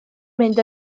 mynd